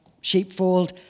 sheepfold